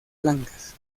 blancas